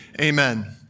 amen